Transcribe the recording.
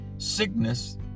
Sickness